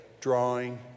drawing